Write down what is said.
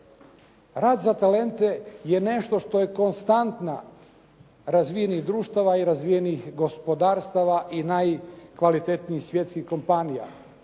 Rat za talente je nešto što je konstanta razvijenih društava i razvijenih gospodarstava i najkvalitetnijih svjetskih kompanija.